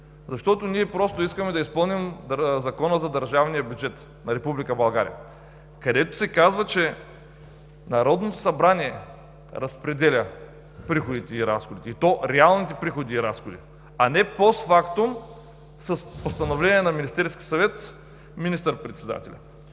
Защото ние просто искаме да изпълним Закона за държавния бюджет на Република България, където се казва, че Народното събрание разпределя приходите и разходите, и то реалните приходи и разходи, а не постфактум с постановление на Министерския съвет министър-председателят.